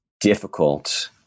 difficult